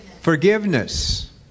Forgiveness